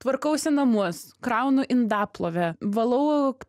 tvarkausi namus kraunu indaplovę valau